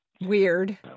weird